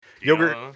Yogurt